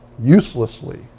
uselessly